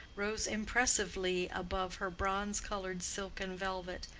rose impressively above her bronze-colored silk and velvet,